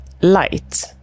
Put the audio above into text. light